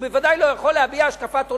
הוא בוודאי לא יכול להביע השקפת עולם,